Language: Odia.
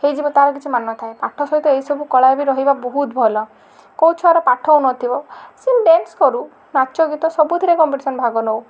ହେଇଯିବ ତାର କିଛି ମାନେ ନଥାଏ ପାଠ ସହିତ ଏହିସବୁ କଳା ବି ରହିବା ବହୁତ ଭଲ କେଉଁ ଛୁଆ ର ପାଠ ହଉ ନଥିବ ସେ ଡେନ୍ସ କରୁ ନାଚ ଗୀତ ସବୁଥିରେ କମ୍ପିଟିସନ ଭାଗ ନଉ